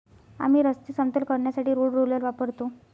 आम्ही रस्ते समतल करण्यासाठी रोड रोलर वापरतो